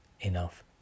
enough